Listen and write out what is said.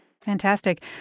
Fantastic